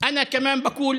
(אומר דברים